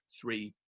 three